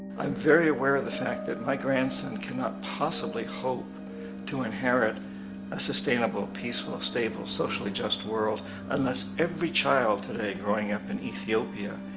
i'm very aware of the fact that my grandson cannot possibly hope to inherit a sustainable, peaceful, stable, socially just world unless every child today growing up in ethiopia,